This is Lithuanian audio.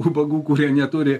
ubagų kurie neturi